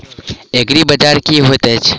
एग्रीबाजार की होइत अछि?